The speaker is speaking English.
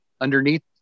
underneath